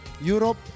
Europe